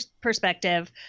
perspective